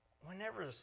Whenever